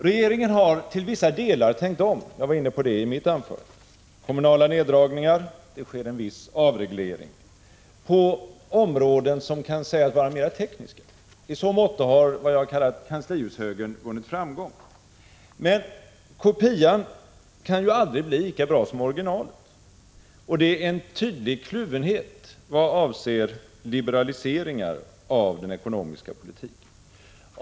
Regeringen har till vissa delar tänkt om. Jag var inne på det i mitt inledningsanförande. Det genomförs kommunala neddragningar, det sker en viss avreglering på områden som kan sägas vara mer tekniska. I så måtto har vad jag kallar kanslihushögern vunnit framgång. Men kopian kan ju aldrig blir lika bra som originalet. Det finns en tydlig kluvenhet vad avser liberaliseringar av den ekonomiska politiken.